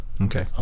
Okay